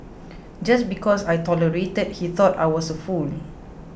just because I tolerated he thought I was a fool